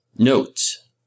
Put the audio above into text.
Notes